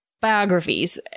biographies